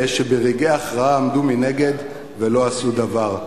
שברגעי ההכרעה עמדו מנגד ולא עשו דבר.